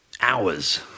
hours